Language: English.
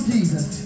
Jesus